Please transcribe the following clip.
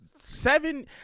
Seven